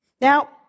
Now